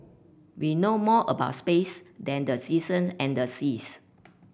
we know more about space than the season and the seas